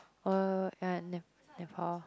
uh um Ne~ Nepal